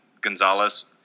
Gonzalez